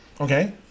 Okay